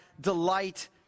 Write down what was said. delight